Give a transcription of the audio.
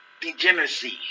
Degeneracy